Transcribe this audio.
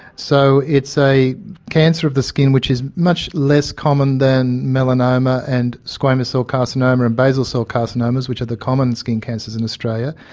so it's a cancer of the skin which is much less common than melanoma and squamous cell carcinoma and basal cell carcinomas which are the common skin cancers in australia.